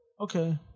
okay